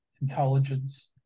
intelligence